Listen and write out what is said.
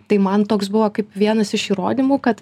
tai man toks buvo kaip vienas iš įrodymų kad